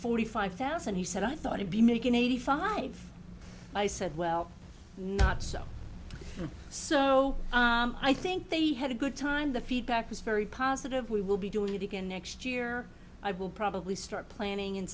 forty five thousand he said i thought i'd be making eighty five i said well not so so i think they had a good time the feedback was very positive we will be doing it again next year i will probably start planning